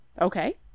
Okay